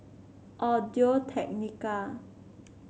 Audio Technica